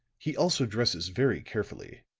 he also dresses very carefully,